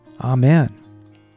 Amen